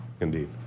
indeed